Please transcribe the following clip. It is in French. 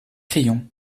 crayon